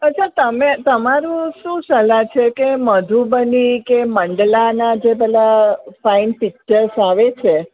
અચ્છા તમે તમારી શું સલાહ છે કે મધુબની કે મંડાલાના જે પેલા સાઈન પિક્ચર્સ આવે છે